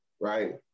right